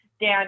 Dan